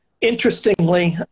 Interestingly